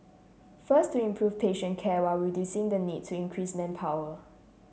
first to improve patient care while reducing the need to increase manpower